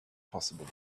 possible